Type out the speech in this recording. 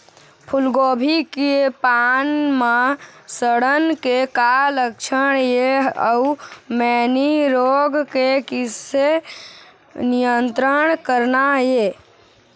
फूलगोभी के पान म सड़न के का लक्षण ये अऊ मैनी रोग के किसे नियंत्रण करना ये?